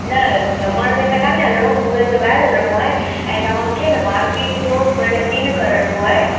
न दमन में त कान्हे हलिणो सूरत जे ॿाहिरि हलिणो आहे ऐं तव्हांखे न मार पीट जो माना सिन करण जो आहे